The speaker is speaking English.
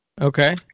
Okay